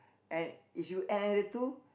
and if you added two